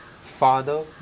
father